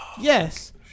Yes